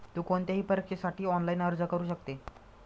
तु कोणत्याही परीक्षेसाठी ऑनलाइन अर्ज करू शकते